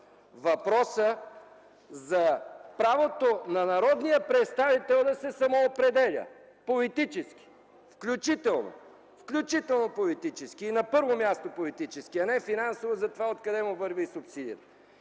Въпросът за правото на народния представител да се самоопределя политически, включително политически и на първо място политически, а не финансово за това от къде му върви субсидията.